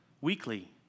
weekly